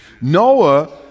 Noah